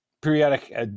Periodic